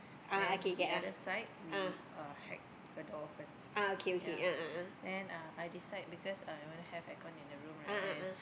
then the other side we uh hack the door open ya then uh I decide because I wanna have air con in the room right and